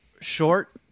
short